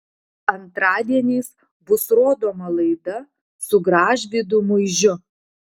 antradieniais bus rodoma laida su gražvydu muižiu